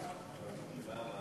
תודה רבה.